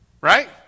Right